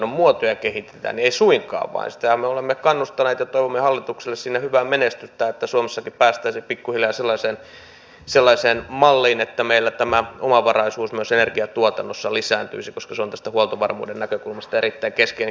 ei suinkaan vaan siihenhän me olemme kannustaneet ja toivomme hallitukselle sinne hyvää menestystä että suomessakin päästäisiin pikkuhiljaa sellaiseen malliin että meillä tämä omavaraisuus myös energiantuotannossa lisääntyisi koska se on tästä huoltovarmuuden näkökulmasta erittäin keskeinen kysymys